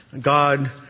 God